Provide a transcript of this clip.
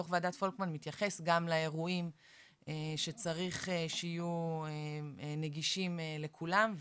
דוח ועדת פולקמן מתייחס גם לאירועים שצריך שיהיו נגישים לכולם,